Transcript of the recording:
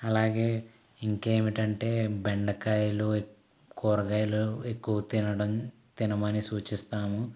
అలాగే ఇంకేమిటంటే బెండకాయలు కూరగాయలు ఎక్కువ తినడం తినమని సూచిస్తాము